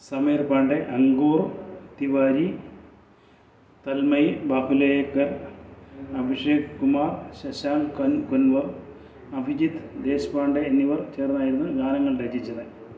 സമീർ പാണ്ഡെ അങ്കുർ തിവാരി തൻമയ് ബാഹുലേക്കർ അഭിഷേക് കുമാർ ശശാങ്ക് കൻ കുൻവർ അഭിജിത്ത് ദേശ്പാണ്ഡെ എന്നിവർ ചേർന്നായിരുന്നു ഗാനങ്ങൾ രചിച്ചത്